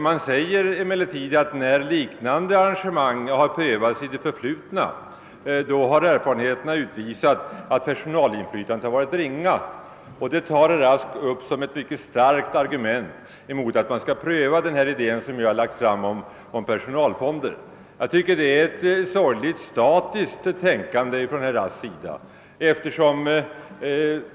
Man säger emellertid att erfarenheterna från liknande arrangemang tidigare visar att personalinflytandet har varit ringa. Detta tar herr Rask upp som ett starkt argument mot att den idé vi har fört fram om personalfonder skall prövas. Herr Rask gör sig skyldig till ett sorgligt statiskt tänkande.